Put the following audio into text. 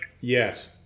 Yes